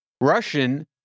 Russian